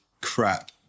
crap